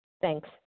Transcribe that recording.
Thanks